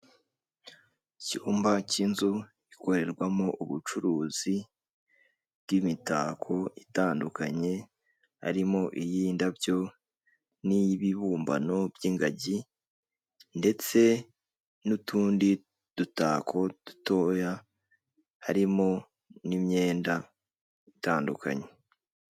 Icyumba cy'inzu ikorerwamo ubucuruzi bw'imitako itandukanye, harimo iy'indabyo n'ibibumbano by'ingagi ndetse n'utundi dutako dutoya, harimo n'imyenda itandukanye.